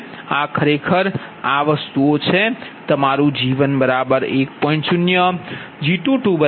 આ ખરેખર આ છે તમારું G11 1